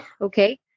Okay